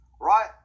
Right